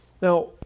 Now